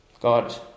God